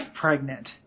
pregnant